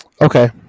Okay